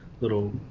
little